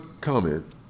comment